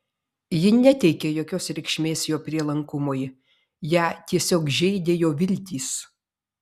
ji neteikė jokios reikšmės jo prielankumui ją tiesiog žeidė jo viltys